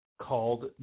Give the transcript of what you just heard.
called